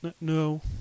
No